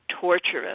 torturous